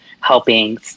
helping